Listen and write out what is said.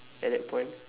at that point